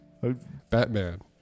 Batman